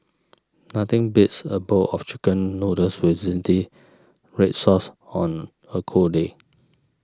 nothing beats a bowl of Chicken Noodles with Zingy Red Sauce on a cold day